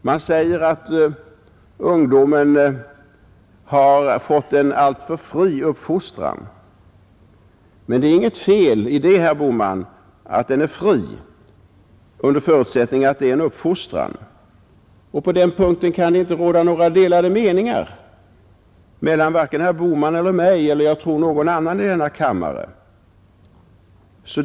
Man säger att ungdomen har fått en alltför fri uppfostran, men det är ju inget fel i det, herr Bohman, att den är fri, under förutsättning att det är en uppfostran. På den punkten kan det inte råda några delade meningar mellan vare sig herr Bohman eller någon annan i denna kammare och mig.